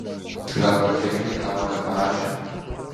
gal pačekinai ką vakar parašė